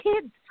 kids